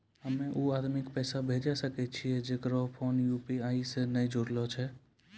हम्मय उ आदमी के पैसा भेजै सकय छियै जेकरो फोन यु.पी.आई से नैय जूरलो छै?